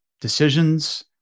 decisions